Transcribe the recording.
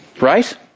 Right